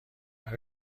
آیا